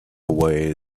way